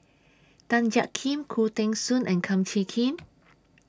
Tan Jiak Kim Khoo Teng Soon and Kum Chee Kin